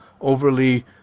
overly